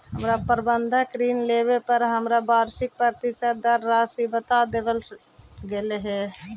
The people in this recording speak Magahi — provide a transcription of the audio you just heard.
हमर बंधक ऋण लेवे पर हमरा वार्षिक प्रतिशत दर राशी बता देवल गेल हल